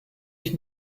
ich